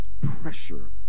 pressure